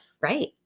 Right